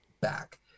back